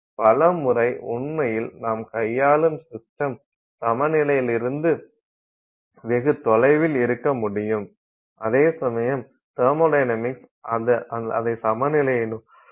பல முறை உண்மையில் நாம் கையாளும் சிஸ்டம் சமநிலையிலிருந்து வெகு தொலைவில் இருக்க முடியும் அதேசமயம் தெர்மொடைனமிக்ஸ் அதை சமநிலையை நோக்கித் தள்ளுகிறது